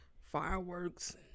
Fireworks